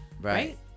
right